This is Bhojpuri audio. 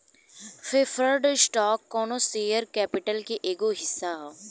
प्रेफर्ड स्टॉक कौनो शेयर कैपिटल के एगो हिस्सा ह